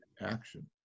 action